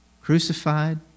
Crucified